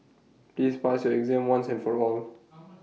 please pass your exam once and for all